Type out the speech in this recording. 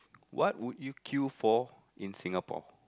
what would you queue for in Singapore